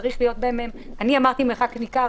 צריך להיות ביניהן מרחק אני אמרתי מרחק ניכר,